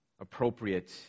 appropriate